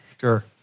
Sure